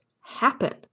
happen